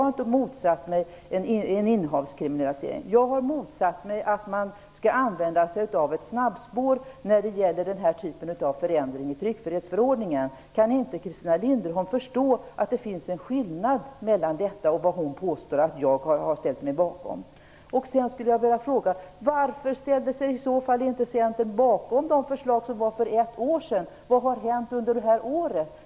Det sade jag i mitt anförande. Jag har motsatt mig att man skall använda sig av ett snabbspår när det gäller denna typ av förändring i tryckfrihetsförordningen. Kan inte Christina Linderholm förstå att det finns en skillnad mellan det och vad hon påstår att jag har ställt mig bakom? Centern inte bakom de förslag som fördes fram för ett år sedan? Vad har hänt under detta år?